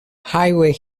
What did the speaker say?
highway